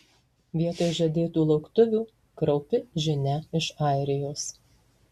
vietoj žadėtų lauktuvių kraupi žinia iš airijos